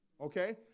Okay